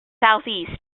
southeast